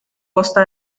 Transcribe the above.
costa